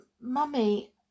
Mummy